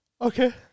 Okay